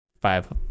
five